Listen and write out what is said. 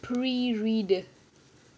pre read